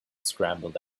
scrambled